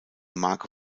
marke